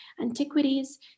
antiquities